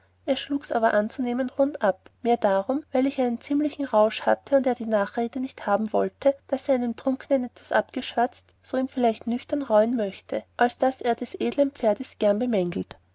er schlugs aber anzunehmen rund ab mehr darum dieweil ich einen ziemlichen rausch hatte und er die nachrede nicht haben wollte daß er einem trunkenen etwas abgeschwätzt so ihn vielleicht nüchtern reuen möchte als daß er des edlen pferdes gern gemangelt